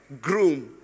groom